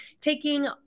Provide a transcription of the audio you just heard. taking